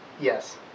Yes